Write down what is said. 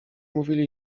mówili